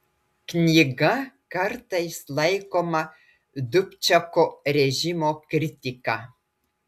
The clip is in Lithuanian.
knyga kartais laikoma dubčeko režimo kritika